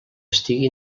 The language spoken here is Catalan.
estigui